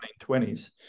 1920s